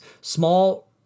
Small